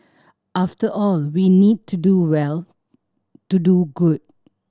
after all we need to do well to do good